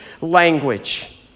language